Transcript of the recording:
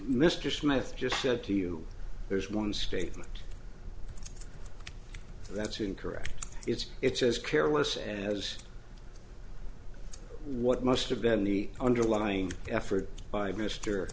mr smith just said to you there's one statement that's incorrect it's it's as careless and as what must have been the underlying effort by mister